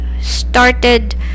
started